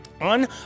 on